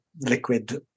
liquid